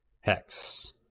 Hex